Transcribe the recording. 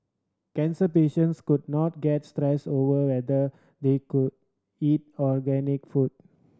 cancer patients could not get stressed over whether they could eat organic food